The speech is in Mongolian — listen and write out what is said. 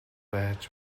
байж